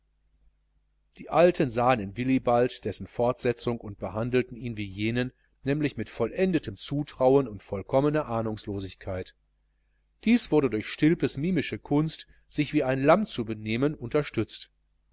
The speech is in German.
die alten sahen in willibald dessen fortsetzung und behandelten ihn wie jenen nämlich mit vollendetem zutrauen und vollkommener ahnungslosigkeit dies wurde durch stilpes mimische kunst sich wie ein lamm zu benehmen unterstützt